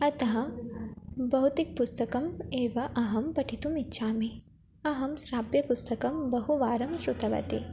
अतः भौतिकपुस्तकम् एव अहं पठितुम् इच्छामि अहं श्राव्यपुस्तकं बहुवारं श्रुतवती